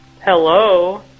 Hello